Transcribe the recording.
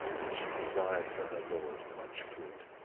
and she desired for her lord much fruit.